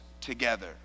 together